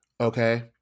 Okay